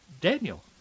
Daniel